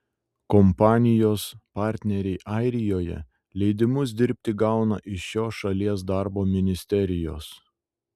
kompanijos partneriai airijoje leidimus dirbti gauna iš šios šalies darbo ministerijos